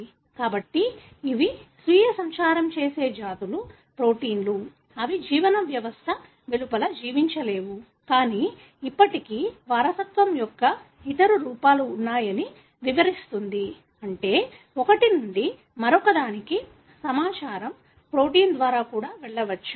కాబట్టి ఇవి స్వీయ సంచారం చేసే జాతులు ప్రోటీన్లు అవి జీవన వ్యవస్థ వెలుపల జీవించలేవు కానీ ఇప్పటికీ వారసత్వం యొక్క ఇతర రూపాలు ఉన్నాయని వివరిస్తుంది అంటే ఒకటి నుండి మరొకదానికి సమాచారం ప్రోటీన్ ద్వారా కూడా వెళ్ళవచ్చు